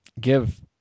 give